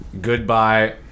Goodbye